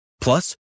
Plus